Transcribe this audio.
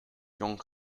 jong